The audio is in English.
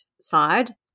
side